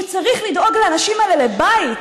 שצריך לדאוג לאנשים האלה לבית,